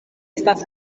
estas